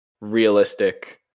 realistic